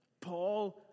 Paul